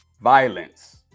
violence